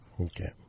Okay